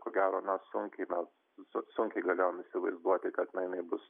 ko gero na sunkiai mes sunkiai galėjom įsivaizduoti kad na jinai bus